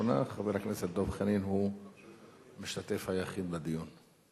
חבר הכנסת דב חנין הוא המשתתף היחיד בדיון.